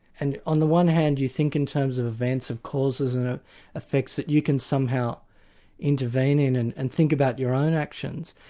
and on the one hand, you think in terms of events, of causes and ah effects, that you can somehow intervene in and and think about your own actions.